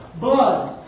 Blood